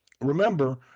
remember